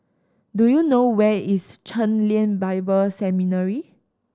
do you know where is Chen Lien Bible Seminary